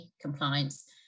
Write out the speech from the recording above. compliance